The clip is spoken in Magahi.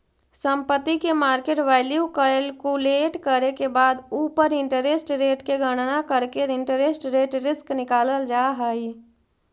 संपत्ति के मार्केट वैल्यू कैलकुलेट करे के बाद उ पर इंटरेस्ट रेट के गणना करके इंटरेस्ट रेट रिस्क निकालल जा हई